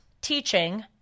teaching